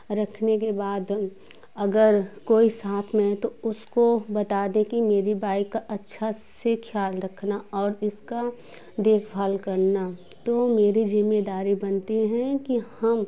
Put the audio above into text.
रखने के बाद अगर कोई साथ में है तो उसको बता दें कि मेरी बाइक अच्छा से खयाल रखना और इसका देखभाल करना तो मेरी ज़िम्मेदारी बनती हैं कि हम